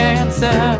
answer